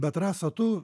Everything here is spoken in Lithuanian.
bet rasa tu